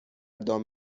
دام